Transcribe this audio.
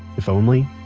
if only,